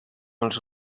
els